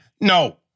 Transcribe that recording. No